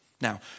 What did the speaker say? Now